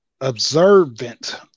observant